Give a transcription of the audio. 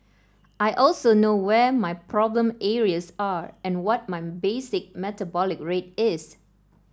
I also know where my problem areas are and what my basic metabolic rate is